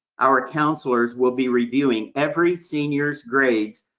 our counselors will be reviewing every senior's grades,